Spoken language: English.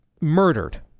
murdered